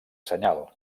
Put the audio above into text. senyal